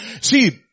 See